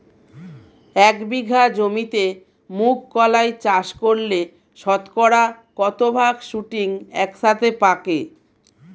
এক বিঘা জমিতে মুঘ কলাই চাষ করলে শতকরা কত ভাগ শুটিং একসাথে পাকে?